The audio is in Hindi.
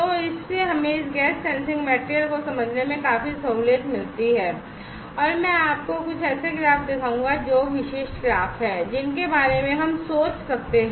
तो इससे हमें इस गैस सेंसिंग मटीरियल को समझने में काफी सहूलियत मिलती है और मैं आपको कुछ ऐसे ग्राफ दिखाऊंगा जो कि विशिष्ट ग्राफ हैं जिनके बारे में हम सोच सकते हैं